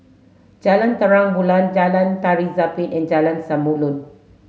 Jalan Terang Bulan Jalan Tari Zapin and Jalan Samulun